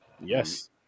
Yes